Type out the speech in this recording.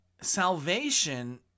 salvation